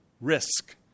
risk